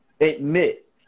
admit